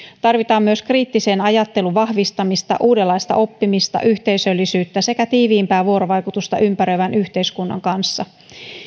tarvitaan myös kriittisen ajattelun vahvistamista uudenlaista oppimista yhteisöllisyyttä sekä tiiviimpää vuorovaikutusta ympäröivän yhteiskunnan kanssa